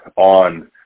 on